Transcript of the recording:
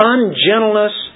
Ungentleness